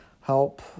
help